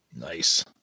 Nice